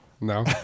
No